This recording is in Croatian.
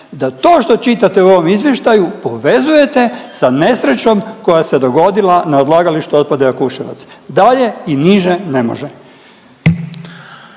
da to što čitate u ovom izvještaju povezujete sa nesrećom koja se dogodila na odlagalištu otpada Jakuševac. Dalje i niže ne može.